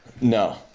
No